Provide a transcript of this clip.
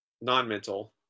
non-mental